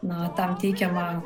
na tam teikiama